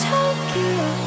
Tokyo